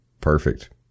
perfect